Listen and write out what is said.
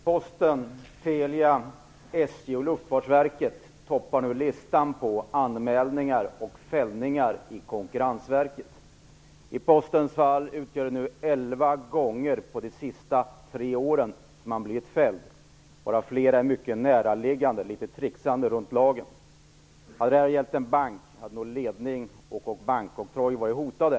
Fru talman! Jag skulle vilja ställa en fråga till kommunikationsministern. Posten, Telia, SJ och Luftfartsverket toppar nu listan på anmälningar och fällningar i Konkurrensverket. I Postens fall har man blivit fälld elva gånger de senaste tre åren. Flera fall är mycket näraliggande. Det sker ett trixande runt lagen. Hade detta gällt en bank hade nog ledning och bankoktroj varit hotade.